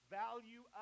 value